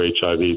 HIV